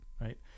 right